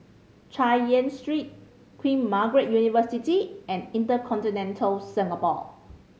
Chay Yan Street Queen Margaret University and Inter Continental Singapore